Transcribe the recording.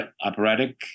operatic